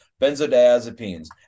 benzodiazepines